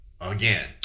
Again